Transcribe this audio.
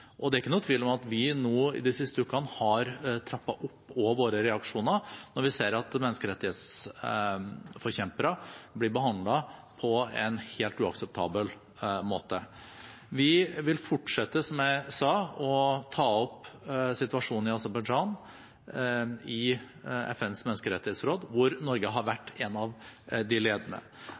og det er ikke noen tvil om at vi nå i de siste ukene har trappet opp også våre reaksjoner når vi ser at menneskerettighetsforkjempere blir behandlet på en helt uakseptabel måte. Vi vil fortsette, som jeg sa, å ta opp situasjonen i Aserbajdsjan i FNs menneskerettighetsråd, hvor Norge har vært en av de ledende.